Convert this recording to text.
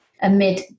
amid